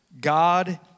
God